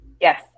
Yes